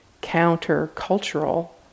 counter-cultural